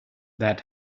that